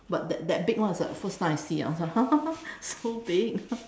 but that that big one is the first time I see ya so big